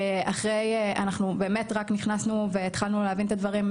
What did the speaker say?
אנחנו באמת רק נכנסנו והתחלנו להבין את הדברים.